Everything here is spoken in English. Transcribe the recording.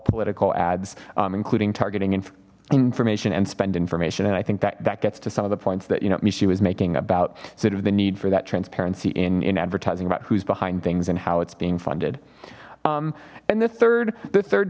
political ads including targeting information and spend information and i think that that gets to some of the points that you know me she was making about sort of the need for that transparency in in advertising about who's behind things and how it's being funded and the third the third